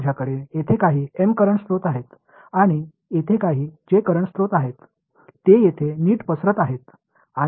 எனக்கு இங்கு M current ஆதாரங்களும் இங்கு J கரண்ட் ஆதாரங்களும் உள்ளன